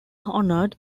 honored